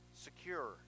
secure